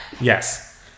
Yes